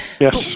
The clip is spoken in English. Yes